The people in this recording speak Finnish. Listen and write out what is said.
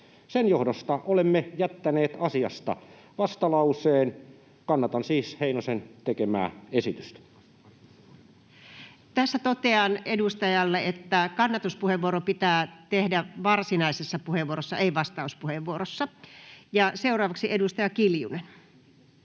Sen johdosta olemme jättäneet asiasta vastalauseen. Kannatan siis Heinosen tekemää esitystä. Tässä totean edustajalle, että kannatuspuheenvuoro pitää tehdä varsinaisessa puheenvuorossa, ei vastauspuheenvuorossa. — Ja seuraavaksi edustaja Kiljunen,